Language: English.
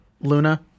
Luna